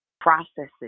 processes